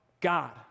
God